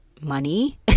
money